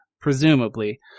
presumably